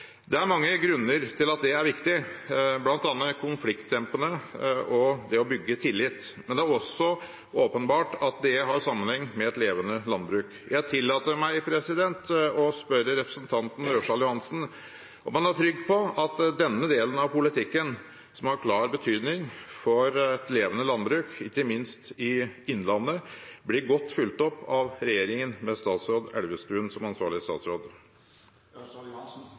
Det er mange grunner til at det er viktig, bl.a. er det konfliktdempende og det bygger tillit, men det er også åpenbart at det har sammenheng med et levende landbruk. Jeg tillater meg å spørre representanten Ørsal Johansen om han er trygg på at denne delen av politikken, som har en klar betydning for et levende landbruk, ikke minst i innlandet, blir godt fulgt opp av regjeringen med statsråd Elvestuen som ansvarlig statsråd?